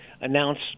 announce